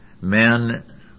men